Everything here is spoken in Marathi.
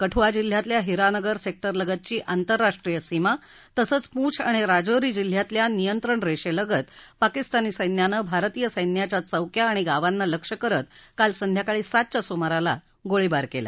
कठुआ जिल्ह्यातल्या हिरानगर सेक्टर लगतची आंतरराष्ट्रीय सीमा तसंच पुंछ आणि राजौरी जिल्ह्यातल्या नियंत्रण रेषेलगत पाकिस्तानी सैन्यानं भारतीय सैन्याच्या चौक्या आणि गावांना लक्ष्य करत काल संध्याकाळी सातच्या सुमाराला गोळीबार केला